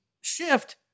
shift